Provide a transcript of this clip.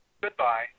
Goodbye